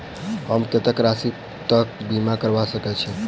हम कत्तेक राशि तकक बीमा करबा सकै छी?